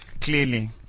Clearly